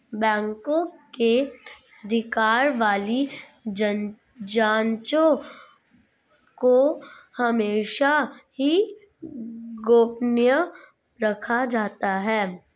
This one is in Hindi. बैंकों के अधिकार वाली जांचों को हमेशा ही गोपनीय रखा जाता है